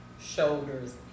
shoulders